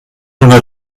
una